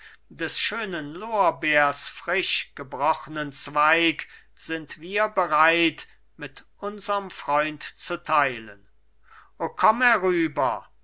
des schönen lorbeers frisch gebrochnen zweig sind wir bereit mit unserm freund zu teilen o komm herüber